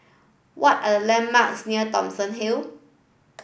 what are the landmarks near Thomson Hill